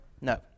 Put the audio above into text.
No